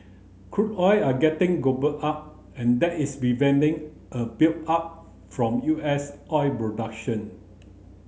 crude oil are getting gobbled up and that is preventing a buildup from U S oil production